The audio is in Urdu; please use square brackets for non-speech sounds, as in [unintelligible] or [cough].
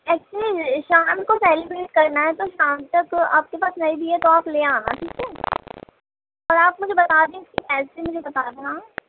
ایکچولی شام کو سیلیبریٹ کرنا ہے تو شام تک آپ کے پاس نہیں بھی ہے تو آپ لے آنا ٹھیک ہے اور آپ مجھے بتا دیں کہ ایسے مجھے [unintelligible]